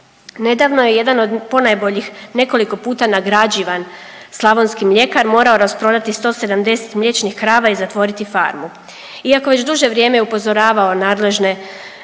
Nedavno je jedan od ponajboljih, nekoliko puta nagrađivan slavonski mljekar morao rasprodati 170 mliječnih krava i zatvoriti farmu. Iako je već duže vrijeme upozoravao nadležne